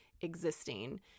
existing